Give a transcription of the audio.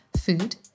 food